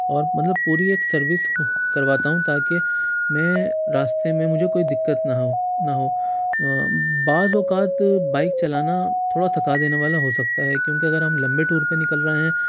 اور مطلب پوری ایک سروس کرواتا ہوں تاکہ میں راستے میں مجھے کوئی دقت نہ ہو نہ ہو بعض اوقات بائک چلانا تھوڑا تھکا دینے والا ہو سکتا ہے کیونکہ اگر ہم لمبے ٹور پہ نکل رہے ہیں